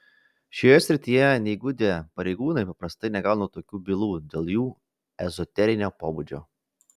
šioje srityje neįgudę pareigūnai paprastai negauna tokių bylų dėl jų ezoterinio pobūdžio